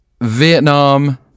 vietnam